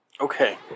okay